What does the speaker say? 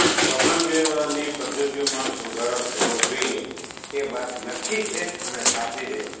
વાહન વ્યવહારની પદ્ધતિઓમાં સુધારો થવો જોઈએ એ વાત નક્કી છે અને સાચી છે